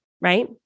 right